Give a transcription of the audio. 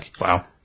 Wow